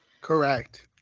Correct